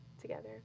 together